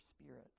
spirit